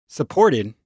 supported